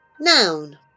Noun